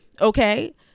okay